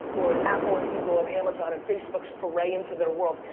or apple, and google, and amazon, and facebook's foray into their world.